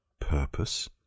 purpose